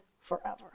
forever